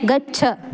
गच्छ